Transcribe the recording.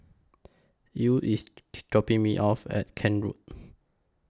Ew IS dropping Me off At Kent Road